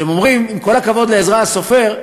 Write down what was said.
הם אומרים: עם כל הכבוד לעזרא הסופר,